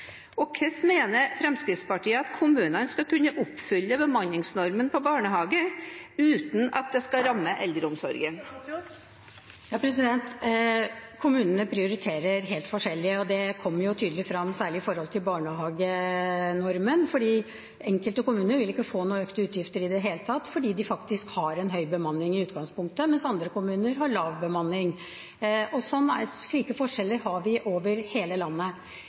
Og hvordan mener Fremskrittspartiet at kommunene skal kunne oppfylle bemanningsnormen for barnehage uten at det skal ramme eldreomsorgen? Kommunene prioriterer helt forskjellig, og det kommer tydelig frem, særlig når det gjelder barnehagenormen. Enkelte kommuner vil ikke få noen økte utgifter i det hele tatt fordi de faktisk har en høy bemanning i utgangspunktet, mens andre kommuner har lav bemanning. Slike forskjeller har vi over hele landet.